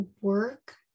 work